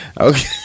Okay